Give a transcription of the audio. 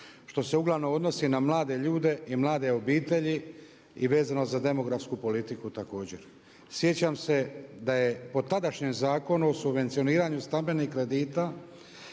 što se uglavnom odnosi na mlade ljude i mlade obitelji i vezano za demografsku politiku također. Sjećam se da je po tadašnjem Zakonu o subvencioniranju stambenih kredita